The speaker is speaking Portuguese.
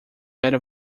era